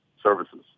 services